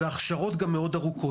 אלה גם הכשרות מאוד ארוכות.